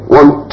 one